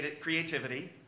creativity